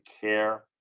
care